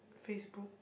facebook